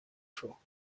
chauds